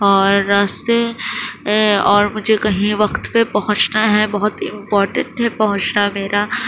اور راستے اور مجھے کہیں وقت پہ پہنچنا ہے بہت امپورٹنٹ ہے پہنچنا میرا